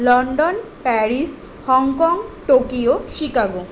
London Paris Hong Kong Tokyo Chicago